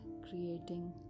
creating